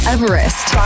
Everest